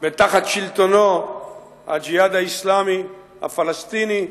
ותחת שלטונו "הג'יהאד האסלאמי", הפלסטיני,